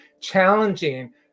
challenging